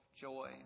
joy